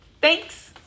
thanks